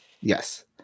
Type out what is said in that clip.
Yes